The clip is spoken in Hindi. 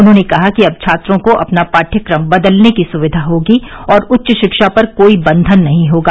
उन्होंने कहा कि अब छात्रों को अपना पाठ्यक्रम बदलने की सुविधा होगी और उच्च शिक्षा पर कोई बंधन नहीं होगा